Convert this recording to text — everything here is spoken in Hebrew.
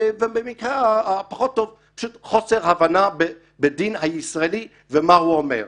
ובמקרה הפחות טוב פשוט חוסר הבנה בדין הישראלי ומה הוא אומר.